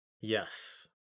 Yes